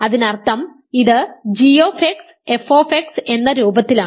അതിനർത്ഥം ഇത് g f എന്ന രൂപത്തിലാണ്